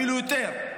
אפילו יותר,